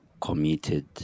committed